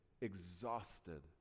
exhausted